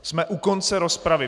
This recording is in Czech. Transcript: Jsme u konce rozpravy.